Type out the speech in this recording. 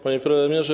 Panie Premierze!